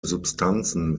substanzen